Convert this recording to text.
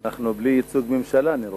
אנחנו בלי ייצוג ממשלה, אני רואה.